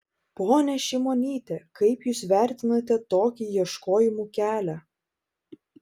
ponia šimonyte kaip jūs vertinate tokį ieškojimų kelią